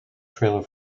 trailer